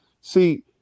See